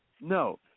No